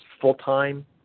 full-time